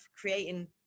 creating